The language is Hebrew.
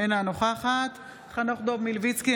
אינה נוכחת חנוך דב מלביצקי,